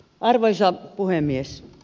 arvoisa puhemies